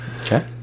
Okay